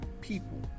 people